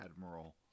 admiral